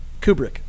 Kubrick